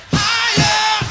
higher